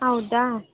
ಹೌದಾ